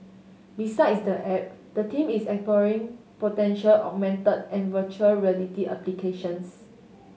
besides the app the team is exploring potential augmented and virtual reality applications